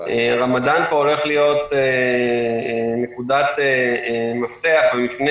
רמדאן הולך פה להיות נקודת מפתח ומפנה